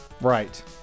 Right